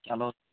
چلو